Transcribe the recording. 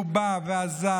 הוא בא ועזר,